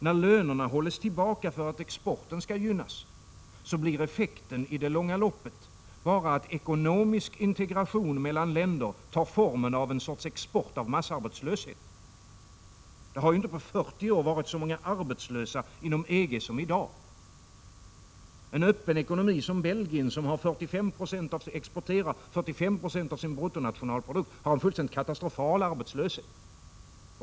När lönerna hålls tillbaka för att exporten skall gynnas, blir effekten i det långa loppet bara att ekonomisk integration mellan länder tar formen av en sorts export av massarbetslöshet. Det har inte på 40 år varit så många arbetslösa inom EG som i dag. Belgien, som har en öppen ekonomi och som exporterar 45 96 av sin bruttonationalprodukt, har en fullständigt katastrofal arbetslöshet.